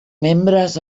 membres